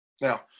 Now